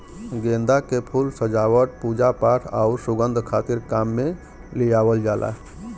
गेंदा के फूल सजावट, पूजापाठ आउर सुंगध खातिर काम में लियावल जाला